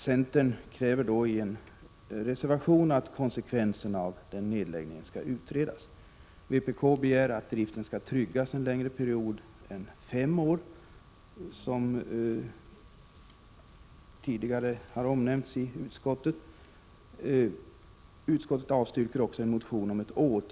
Centern kräver i en reservation att konsekvenserna av nedläggningen skall utredas. Vpk begär att driften skall tryggas en längre period än de fem år som tidigare omnämnts i utskottet.